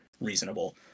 reasonable